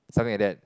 something like that